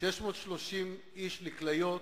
630 איש לכליות,